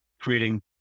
creating